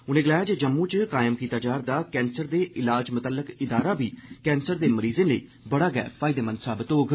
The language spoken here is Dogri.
उनें गलाया जे जम्मू च कायम कीता जा'रदा कैंसर दे इलाज मतल्लक इदारा बी कैंसर दे मरीजें लेई बड़ा फायदेमंद साबत होग